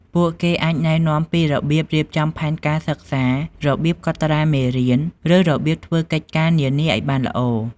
ពួកគេអាចណែនាំពីរបៀបរៀបចំផែនការសិក្សា របៀបកត់ត្រាមេរៀន ឬរបៀបធ្វើកិច្ចការឲ្យបានល្អ។